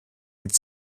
mit